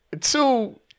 Two